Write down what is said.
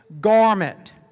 garment